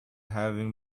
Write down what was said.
having